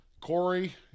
Corey